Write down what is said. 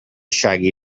shaggy